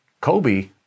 Kobe